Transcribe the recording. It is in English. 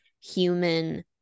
human